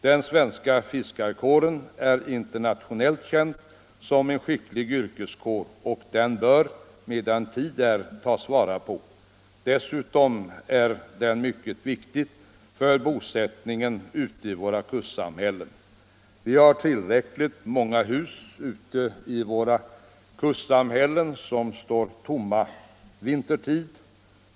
Den svenska fiskarkåren är internationellt känd som en skicklig yrkeskår, och den bör man medan tid är ta vara på, dessutom är den mycket viktig för bosättningen ute i våra kustsamhällen. Vi har tillräckligt många hus ute i kustsamhällena som står tomma vintertid.